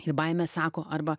ir baimė sako arba